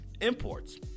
imports